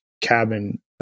cabin